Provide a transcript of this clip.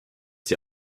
die